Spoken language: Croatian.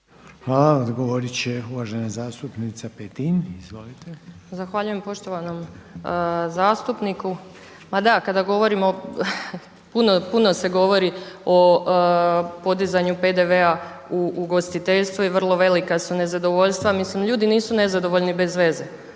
vam. Odgovorit će uvažena zastupnica Petin. Izvolite. **Petin, Ana-Marija (HSS)** Zahvaljujem poštovanom zastupniku. Ma da, kada govorimo, puno se govori o podizanju PDV-a u ugostiteljstvu i vrlo velika su nezadovoljstva. Mislim, ljudi nisu nezadovoljni bez veze.